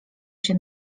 się